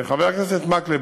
חבר הכנסת מקלב,